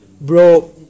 Bro